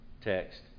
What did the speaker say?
text